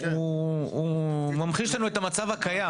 הוא ממחיש לנו את המצב הקיים,